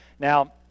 Now